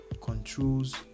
controls